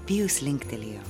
pijus linktelėjo